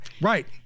Right